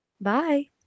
Bye